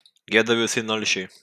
gėda visai nalšiai